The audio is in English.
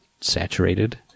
saturated